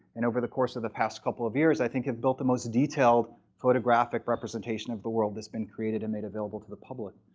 and over the course of the past couple of years, i think, have built the most detailed photographic representation of the world that's been created and made available to the public.